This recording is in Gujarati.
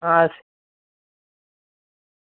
હાશ